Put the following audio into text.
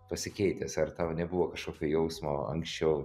pasikeitęs ar tau nebuvo kažkokio jausmo anksčiau